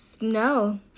No